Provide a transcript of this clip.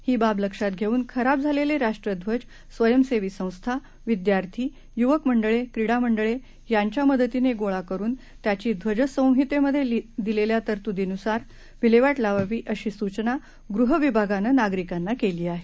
ही बाब लक्षात घेऊन खराब झालेले राष्ट्रध्वज स्वयंसेवी संस्था विद्यार्थी युवक मंडळे क्रीडा मंडळे यांच्या मदतीनं गोळा करुन त्याची ध्वजसंहिमध्ये दिलेल्या तरतुदीनुसार विल्हेवाट लावावी अशी सूचना गृह विभागानं नागरिकांना केली आहे